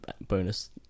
bonus